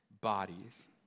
bodies